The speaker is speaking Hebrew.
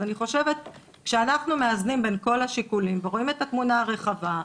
אז אני חושבת שכשאנחנו מאזנים בין כל השיקולים ורואים את התמונה הרחבה,